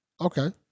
okay